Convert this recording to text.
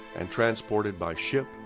and transported by ship,